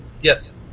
Yes